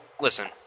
Listen